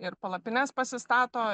ir palapines pasistato